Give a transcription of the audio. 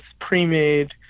pre-made